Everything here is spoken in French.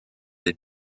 des